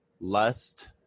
lust